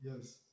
yes